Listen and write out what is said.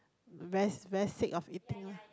very very sick of eating lah